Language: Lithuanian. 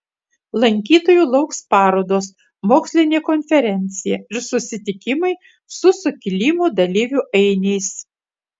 lankytojų lauks parodos mokslinė konferencija ir susitikimai su sukilimo dalyvių ainiais